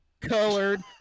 Colored